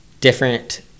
different